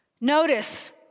Notice